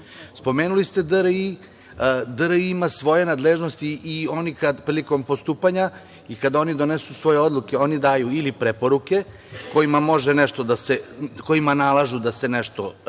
bavimo. Spomenuli ste DRI. Oni imaju svoje nadležnosti i oni prilikom postupanja i kada donesu svoje odluke, oni daju ili preporuke kojima nalažu da se nešto reši